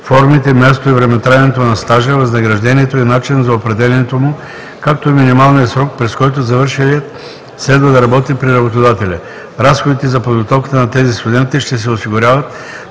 формите, мястото и времетраенето на стажа, възнаграждението и начинът за определянето му, както и минималният срок, през който завършилият следва да работи при работодателя. Разходите за подготовката на тези студенти ще се осигуряват